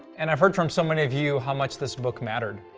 and i've heard from so many of you how much this book mattered.